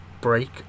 break